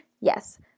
yes